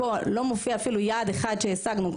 פה לא מופיע אפילו יעד אחד שהשגנו,